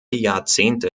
jahrzehnte